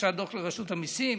הגשת דוח לרשות המיסים?